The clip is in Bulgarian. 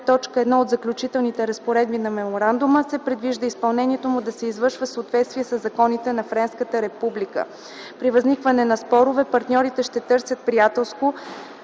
т. 1 от Заключителните разпоредби на Меморандума, се предвижда изпълнението му да се извършва в съответствие със законите на Френската Република. При възникване на спорове, партньорите ще търсят приятелско